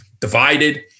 divided